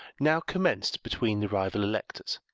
now commenced between the rival electors,